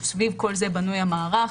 סביב כל זה בנוי המערך.